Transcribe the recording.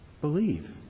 believe